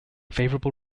favorable